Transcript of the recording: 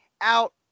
out